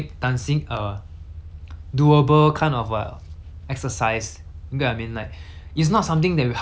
exercise you get what I mean like it's not something that will help you to improve your your improve your income